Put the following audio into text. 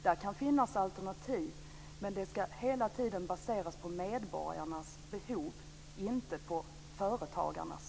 Där kan finnas alternativ, men det ska hela tiden baseras på medborgarnas behov, inte på företagarnas.